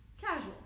Casual